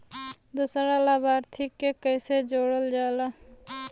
दूसरा लाभार्थी के कैसे जोड़ल जाला?